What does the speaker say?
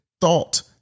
thought